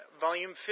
Volume